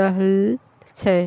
रहल छै